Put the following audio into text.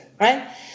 right